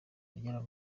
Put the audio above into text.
igera